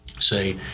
say